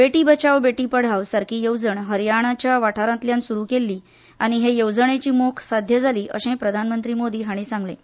बेटी बचाव बेटी पढाव सरकारी येवजण हरयानाच्या वाठारांतल्यान सुरू कल्ली आनी हे येवजणेची मोख साध्य जाली अशें प्रधानमंत्री मोदी हांणी सांगलें